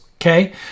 okay